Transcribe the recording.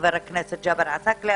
חבר הכנסת ג'אבר עסאקלה,